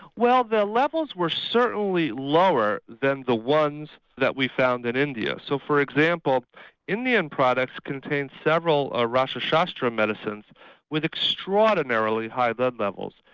well the levels were certainly lower than the ones that we found in india. so for example indian products contained several or rasa shastra medicines with extraordinarily high lead levels.